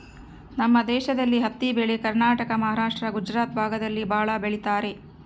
ನಮ್ ದೇಶದಲ್ಲಿ ಹತ್ತಿ ಬೆಳೆ ಕರ್ನಾಟಕ ಮಹಾರಾಷ್ಟ್ರ ಗುಜರಾತ್ ಭಾಗದಲ್ಲಿ ಭಾಳ ಬೆಳಿತರೆ